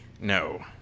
No